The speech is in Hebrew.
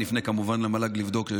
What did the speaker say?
אני כמובן אפנה למל"ג לבדוק,